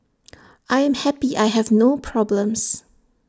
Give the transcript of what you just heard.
I am happy I have no problems